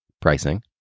pricing